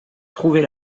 trouver